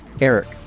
Eric